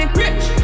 rich